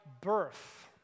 birth